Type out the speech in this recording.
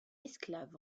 esclave